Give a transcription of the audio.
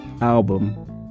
album